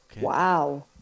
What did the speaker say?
Wow